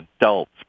adults